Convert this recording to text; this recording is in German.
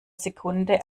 sekunde